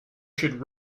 should